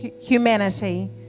humanity